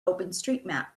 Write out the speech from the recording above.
openstreetmap